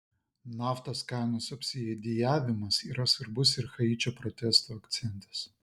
naftos kainų subsidijavimas yra svarbus ir haičio protestų akcentas